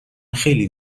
خیلی